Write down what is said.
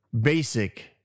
basic